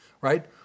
right